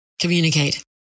Communicate